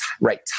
right